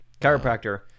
chiropractor